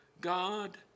God